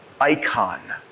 icon